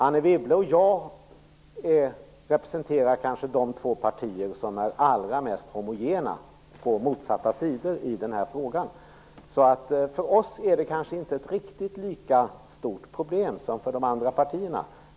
Anne Wibble och jag representerar kanske de två partier som på motsatta sidor är allra mest homogena i frågan. För oss är det kanske inte ett riktigt lika stort problem som för de andra partierna.